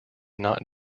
not